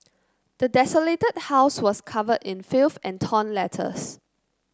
the desolated house was covered in filth and torn letters